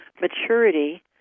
maturity